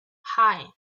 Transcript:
hei